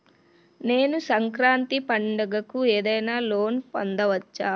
నేను సంక్రాంతి పండగ కు ఏదైనా లోన్ పొందవచ్చా?